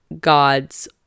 God's